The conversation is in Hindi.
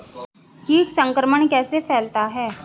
कीट संक्रमण कैसे फैलता है?